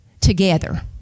together